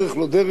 בדרך לא מקובלת,